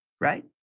right